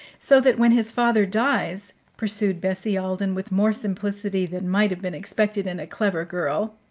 so that when his father dies, pursued bessie alden with more simplicity than might have been expected in a clever girl,